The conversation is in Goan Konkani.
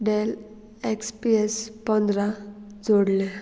डॅल एक्स पी एस पंदरा जोडल्या